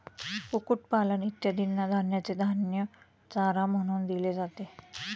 कुक्कुटपालन इत्यादींना धान्याचे धान्य चारा म्हणून दिले जाते